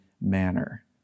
manner